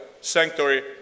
sanctuary